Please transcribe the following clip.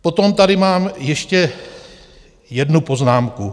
Potom tady mám ještě jednu poznámku.